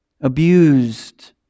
abused